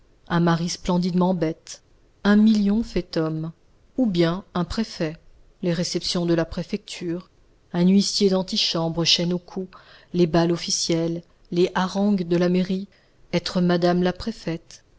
un mari splendidement bête un million fait homme ou bien un préfet les réceptions de la préfecture un huissier d'antichambre chaîne au cou les bals officiels les harangues de la mairie être madame la préfète